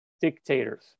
dictators